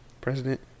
President